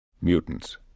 Mutants